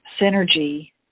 synergy